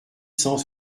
cent